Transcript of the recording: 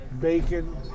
bacon